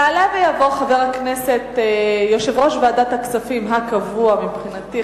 יעלה ויבוא יושב-ראש ועדת הכספים הקבוע מבחינתי,